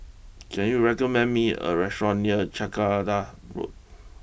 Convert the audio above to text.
can you recommend me a restaurant near Jacaranda Road